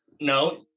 No